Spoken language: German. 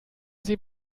sie